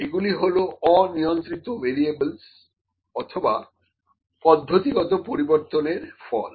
এগুলি হল অনিয়ন্ত্রিত ভেরিয়েবলস অথবা পদ্ধতিগত পরিবর্তন এর ফল